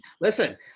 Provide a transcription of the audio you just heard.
listen –